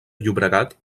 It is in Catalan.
llobregat